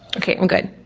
okay, i'm good.